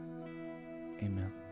Amen